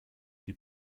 die